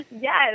Yes